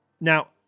Now